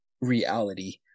reality